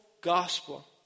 gospel